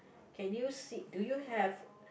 okay new seat do you have